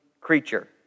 creature